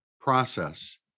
process